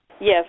Yes